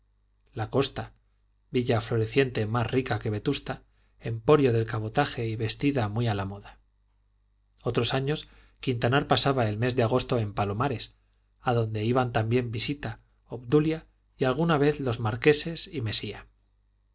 la costa villa floreciente más rica que vetusta emporio del cabotaje y vestida muy a la moda otros años quintanar pasaba el mes de agosto en palomares a donde iban también visita obdulia y alguna vez los marqueses y mesía